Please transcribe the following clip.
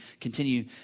continue